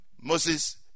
Moses